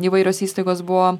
įvairios įstaigos buvo